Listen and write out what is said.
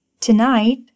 Tonight